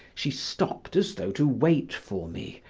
she stopped as though to wait for me,